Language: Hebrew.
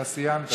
אתה סיימת.